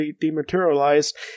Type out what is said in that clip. dematerialized